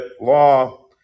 law